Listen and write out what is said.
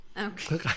Okay